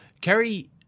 Kerry